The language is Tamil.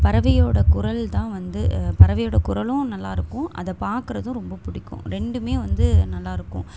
பறவையோடய குரல் தான் வந்து பறவையோடய குரலும் நல்லா இருக்கும் அதை பார்க்கறதும் ரொம்ப பிடிக்கும் ரெண்டுமே வந்து நல்லா இருக்கும்